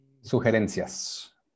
sugerencias